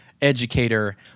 educator